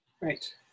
right